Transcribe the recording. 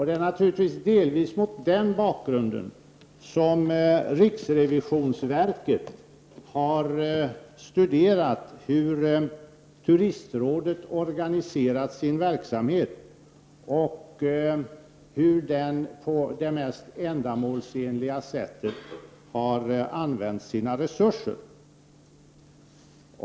Det är naturligtvis delvis mot denna bakgrund som riksrevisionsverket har studerat hur turistrådet organiserat sin verksamhet och hur turistrådet på det mest ändamålsenliga sättet har använt sina resurser.